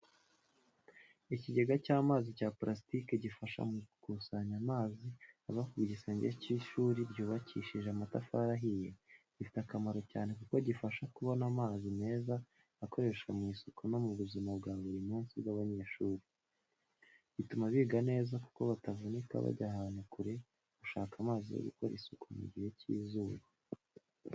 Ikigega cy’amazi cya purasitike gifasha mu gukusanya amazi ava ku gisenge cy’ishuri ryubakishije amatafari ahiye, gifite akamaro cyane kuko gifasha kubona amazi meza akoreshwa mu isuku no mu buzima bwa buri munsi bw’abanyeshuri. Gituma biga neza kuko batavunika bajya ahantu kure gushaka amazi yo gukora isuku mu gihe cy'izuba.